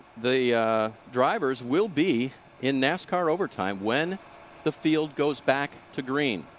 the drivers will be in nascar overtime when the field goes back to green.